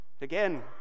again